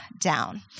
down